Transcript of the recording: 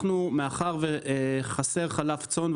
מאחר וחסר חלב צאן,